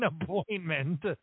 appointment